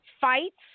fights